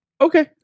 Okay